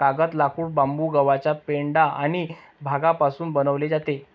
कागद, लाकूड, बांबू, गव्हाचा पेंढा आणि भांगापासून बनवले जातो